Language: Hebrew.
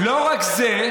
לא רק זה.